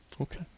Okay